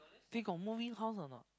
they got moving house or not